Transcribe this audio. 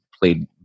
played